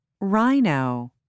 Rhino